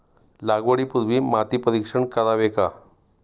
लागवडी पूर्वी माती परीक्षण करावे का?